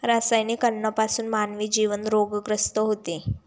रासायनिक अन्नापासून मानवी जीवन रोगग्रस्त होते